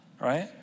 right